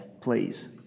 Please